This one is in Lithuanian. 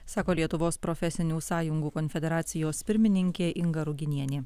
sako lietuvos profesinių sąjungų konfederacijos pirmininkė inga ruginienė